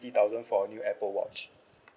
sixty thousand for new Apple watch